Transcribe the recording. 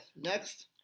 next